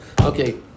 Okay